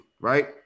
right